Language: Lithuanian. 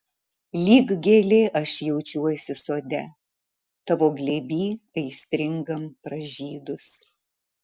lyg gėlė aš jaučiuosi sode tavo glėby aistringam pražydus